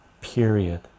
period